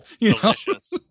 Delicious